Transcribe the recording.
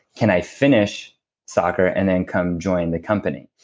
can i finish soccer and then come join the company?